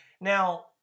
now